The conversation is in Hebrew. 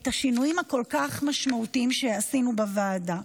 את השינויים הכל-כך משמעותיים שעשינו בוועדה.